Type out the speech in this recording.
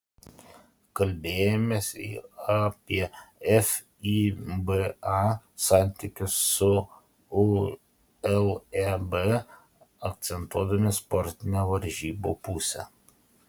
kalbėjomės ir apie fiba santykius su uleb akcentuodami sportinę varžybų pusę